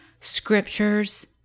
scriptures